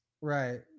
Right